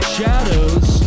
shadows